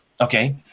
Okay